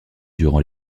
durant